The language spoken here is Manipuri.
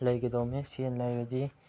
ꯂꯩꯒꯗꯧꯕꯅꯤ ꯁꯦꯟ ꯂꯩꯔꯗꯤ